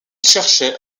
cherchait